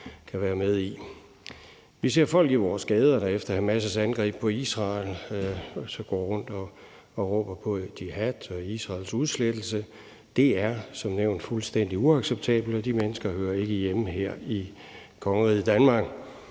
Vi ser folk i vores gader, der efter Hamas' angreb på Israel går rundt og råber på jihad og Israels udslettelse. Det er som nævnt fuldstændig uacceptabelt, og de mennesker hører ikke hjemme her i kongeriget Danmark.